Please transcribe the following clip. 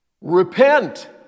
repent